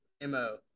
M-O